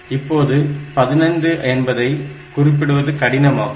இப்போது 15 என்பதை குறிப்பிடுவது கடினமாகும்